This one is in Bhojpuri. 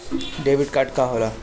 डेबिट कार्ड का होला?